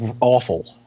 awful